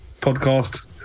podcast